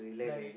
like